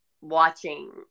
Watching